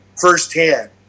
firsthand